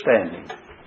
understanding